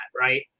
right